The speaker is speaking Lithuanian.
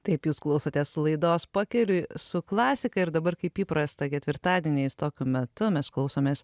taip jūs klausotės laidos pakeliui su klasika ir dabar kaip įprasta ketvirtadieniais tokiu metu mes klausomės